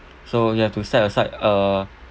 so you have to set aside a